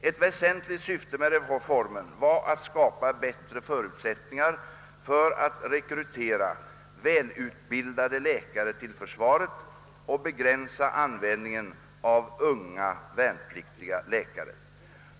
Ett väsentligt syfte med reformen var att skapa bättre förutsättningar för att rekrytera välutbildade läkare till försvaret och begränsa användningen av unga värnpliktiga läkare.